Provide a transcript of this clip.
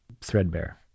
threadbare